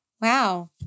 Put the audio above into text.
Wow